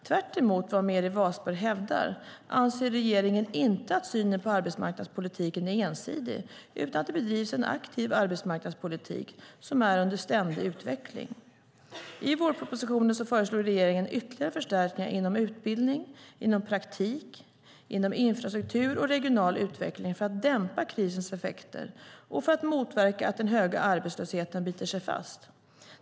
Tvärtemot vad Meeri Wasberg hävdar anser regeringen inte att synen på arbetsmarknadspolitiken är ensidig utan att det bedrivs en aktiv arbetsmarknadspolitik som är under ständig utveckling. I vårpropositionen föreslog regeringen ytterligare förstärkningar inom utbildning, praktik, infrastruktur och regional utveckling för att dämpa krisens effekter och för att motverka att den höga arbetslösheten biter sig fast.